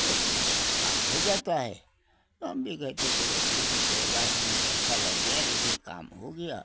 तो फिर काम हो जाता है हम भी कहेते चलो ठीक है कोई बात नहीं पैसा लग गया लेकिन काम हो गया